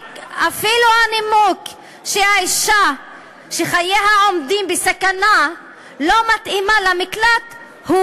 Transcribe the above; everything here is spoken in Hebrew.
הנימוק שהאישה שחייה עומדים בסכנה לא מתאימה למקלט הוא